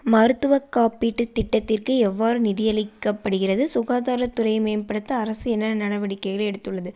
மருத்துவ காப்பீட்டு திட்டத்திற்கு எவ்வாறு நிதியளிக்கப்படுகிறது சுகாதாரத்துறையை மேம்படுத்த அரசு என்னென்ன நடவடிக்கைகளை எடுத்துள்ளது